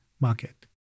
market